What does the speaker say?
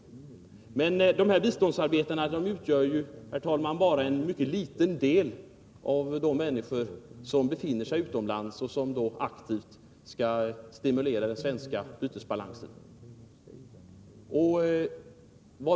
Men dessa biståndsarbetare, herr talman, utgör ju bara en mycket litendel av de människor som befinner sig utomlands och som aktivt skall stimulera den svenska bytesbalansen.